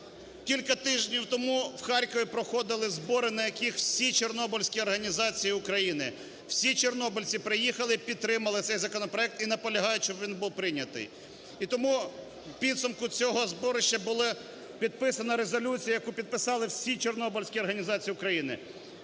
Кілька тижнів тому в Харкові проходили збори, на яких всі чорнобильські організації України, всі чорнобильці приїхали і підтримали цей законопроект і наполягають, щоб він був прийнятий. І тому в підсумку цього зборища була підписана резолюція, яку підписали всі чорнобильські організації України.